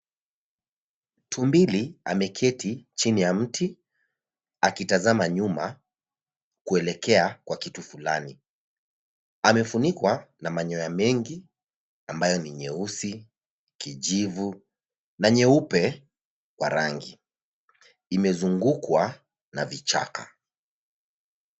Tumbili ameketi chini ya mti akitazama nyuma kuelekea kwa kitu fulani. Amefunikwa na manyoya mengi ambayo ni nyeusi, kijivu na nyeupe kwa rangi. Imezungukwa na vichaka.